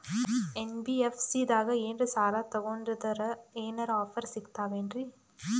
NBFC ದಾಗ ಏನ್ರ ಸಾಲ ತೊಗೊಂಡ್ನಂದರ ಏನರ ಆಫರ್ ಸಿಗ್ತಾವೇನ್ರಿ?